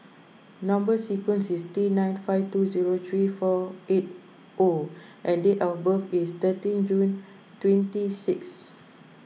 Number Sequence is T nine five two zero three four eight O and date of birth is thirteen June twenty six